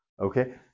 Okay